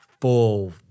full